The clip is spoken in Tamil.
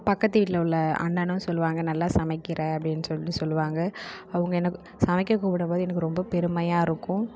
பக்கத்து வீட்டில் உள்ள அண்ணனும் சொல்லுவாங்க நல்லா சமைக்கிற அப்படின்னு சொல்லிட்டு சொல்லுவாங்க அவங்க எனக்கு சமைக்க கூப்பிடும்போது எனக்கு ரொம்ப பெருமையாக இருக்கும்